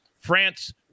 France